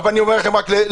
אבל אני רק אומר לכם לסיום,